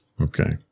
Okay